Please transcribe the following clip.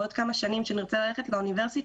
כשנרצה ללכת לאוניברסיטה,